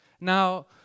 Now